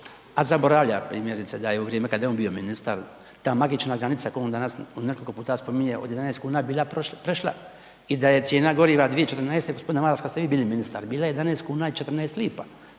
a zaboravlja, primjerice da je u vrijeme kad je on bio ministar ta magična granica koju on danas nekoliko puta spominje od 11 kuna bila prešla i da je cijena goriva 2014. g. Maras, kad ste vi bili ministar bila 11 kuna i 14 lipa.